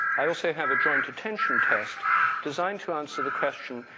i also have a joint attention test designed to answer the question,